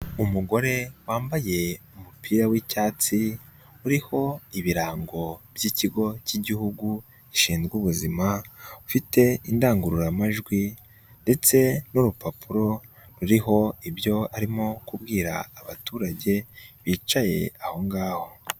Umugore wambaye umupira w'icyatsi uriho ibirango by'Ikigo cy'Igihugu gishinzwe Ubuzima ufite indangururamajwi ndetse n'urupapuro ruriho ibyo arimo kubwira abaturage bicaye aho ngaho.